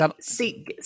See